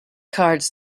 cards